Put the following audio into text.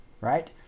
Right